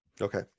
Okay